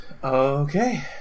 Okay